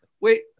wait